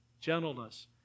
gentleness